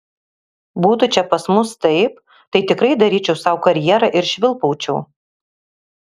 būtų čia pas mus taip tai tikrai daryčiau sau karjerą ir švilpaučiau